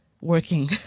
working